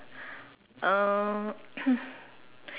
uh